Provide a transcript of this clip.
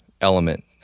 element